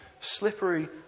Slippery